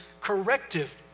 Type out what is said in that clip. corrective